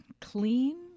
clean